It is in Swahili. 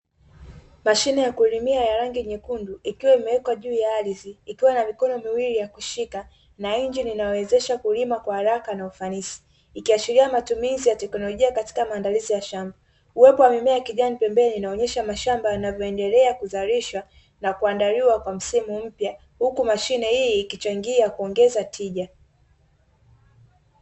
Mashine ya kulimia ya rangi nyekundu, ikiwa imeekwa juu ya ardhi, ikiwa na mikono miwili ya kushika, na injini inayowezasha kulima kwa haraka na ufanisi. Ikiashiria matumizi ya teknolojia katika maandalizi ya shamba. Uwepo wa mimea ya kijani pembeni inaonyesha mashamba yanavyoendelea kuzalisha, na kuandaliwa kwa msimu mpya, huku mashine hii ikichangia kuongeza tija.